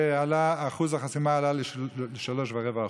ואחוז החסימה עלה ל-3.25%.